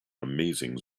amazing